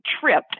tripped